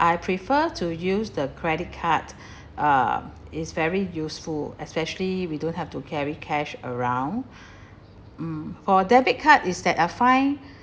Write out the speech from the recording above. I prefer to use the credit card uh it's very useful especially we don't have to carry cash around mm for debit card is that I find